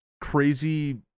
crazy